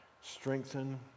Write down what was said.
strengthen